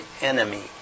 enemy